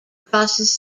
crosses